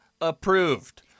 approved